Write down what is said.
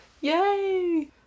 Yay